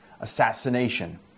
assassination